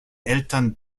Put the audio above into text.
eltern